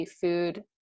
Food